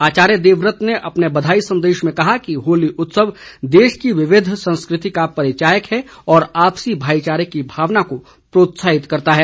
आचार्य देवव्रत ने अपने बधाई संदेश में कहा है कि होली उत्सव देश की विविध संस्कृति का परिचायक है और आपसी भाईचारे की भावना को प्रोत्साहित करता है